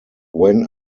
when